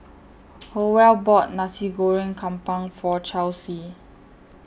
Howell bought Nasi Goreng Kampung For Charlsie